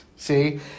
See